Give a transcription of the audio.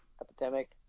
epidemic